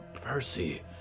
Percy